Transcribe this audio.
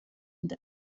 und